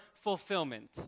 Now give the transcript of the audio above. fulfillment